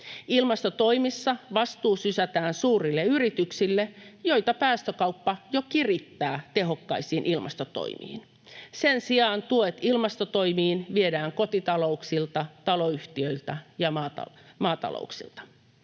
Ilmastotoimissa vastuu sysätään suurille yrityksille, joita päästökauppa jo kirittää tehokkaisiin ilmastotoimiin. Sen sijaan tuet ilmastotoimiin viedään kotitalouksilta, taloyhtiöiltä ja maatalouksilta.